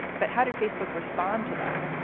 but how did facebook respond to that?